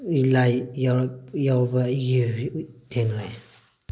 ꯂꯥꯏ ꯌꯥꯎꯔꯛ ꯌꯥꯎꯕ ꯊꯦꯡꯅꯔꯛꯏ